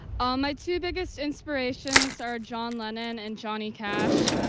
ah my two biggest inspirations are john lenin and johnny cash.